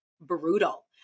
brutal